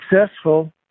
successful